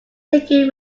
taken